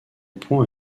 point